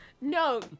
No